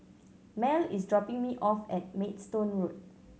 Mell is dropping me off at Maidstone Road